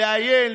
לעיין,